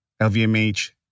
LVMH